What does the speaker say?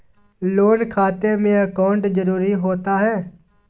Loan खाते में account जरूरी होता है?